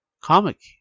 comic